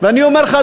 ואני אומר לך,